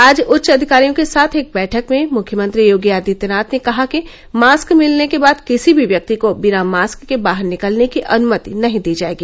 आज उच्च अधिकारियों के साथ एक बैठक में मुख्यमंत्री योगी आदित्यनाथ ने कहा कि मास्क मिलने के बाद किसी भी व्यक्ति को बिना मास्क के बाहर निकलने की अनुमति नहीं दी जाएगी